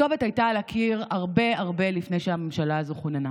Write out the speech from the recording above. הכתובת הייתה על הקיר הרבה הרבה לפני שהממשלה הזאת כוננה.